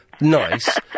nice